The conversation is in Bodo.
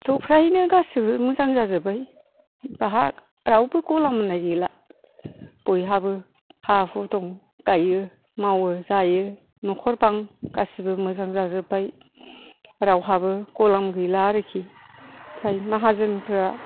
थ' फ्रायनो गासिबो मोजां जाजोब्बाय बेहाय रावबो गलाम होननाय गैला बयहाबो हा हु दं गाइयो मावो जायो न'खर बां गासिबो मोजां जाजोब्बाय रावहाबो ग'लाम गैला आरोखि फ्राय माहाजोनफ्रा